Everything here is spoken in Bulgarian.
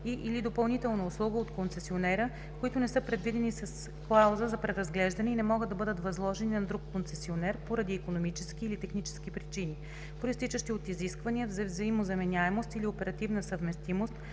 и/или допълнителна услуга от концесионера, които не са предвидени с клауза за преразглеждане и не могат да бъдат възложени на друг концесионер поради икономически или технически причини, произтичащи от изисквания за взаимозаменяемост или оперативна съвместимост